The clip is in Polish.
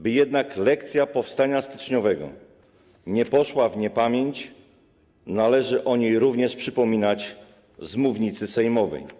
By jednak lekcja powstania styczniowego nie poszła w niepamięć, należy o niej również przypominać z mównicy sejmowej.